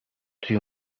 توی